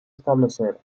establecer